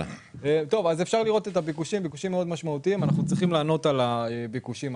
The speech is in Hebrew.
אפשר לראות ביקושים מאוד משמעותיים שאנחנו צריכים לענות עליהם.